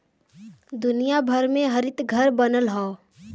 दुनिया भर में हरितघर बनल हौ